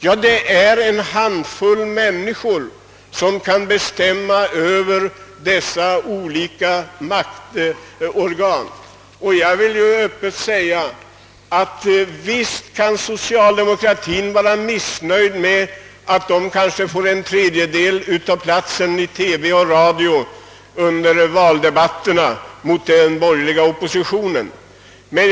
Jo, det är en handfull människor som kan bestämma över dessa olika maktorgan. Jag vill öppet deklarera att visst kan socialdemokratien vara missnöjd med det förhållandet att den kanske får en tredjedel av tiden i TV och radio under valdebatterna i förhållande till den borgerliga oppositionen.